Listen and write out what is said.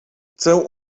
chcę